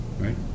right